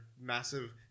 massive